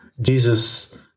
Jesus